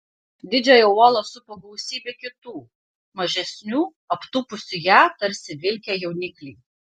didžiąją uolą supo gausybė kitų mažesnių aptūpusių ją tarsi vilkę jaunikliai